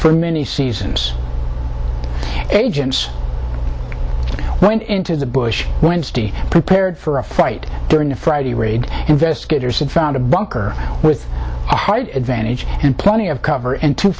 for many seasons agents went into the bush wednesday prepared for a fight during the friday raid investigators had found a bunker with advantage and plenty of cover